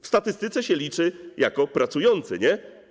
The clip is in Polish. W statystyce się liczy jako pracujący, nie?